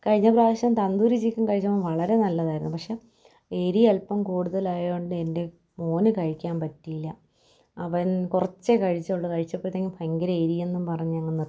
കഴിഞ്ഞ പ്രാവശ്യം തന്തൂരി ചിക്കൻ കഴിച്ചപ്പോൾ വളരെ നല്ലതായിരുന്നു പക്ഷെ എരി അല്പം കൂടുതലായതു കൊണ്ട് എൻ്റെ മോനു കഴിക്കാൻ പറ്റിയില്ല അവൻ കുറച്ചേ കഴിച്ചുള്ളൂ കഴിച്ചപ്പോഴത്തേക്കും ഭയങ്കര എരിയെന്നും പറഞ്ഞങ്ങ് നിർത്തി